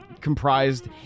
comprised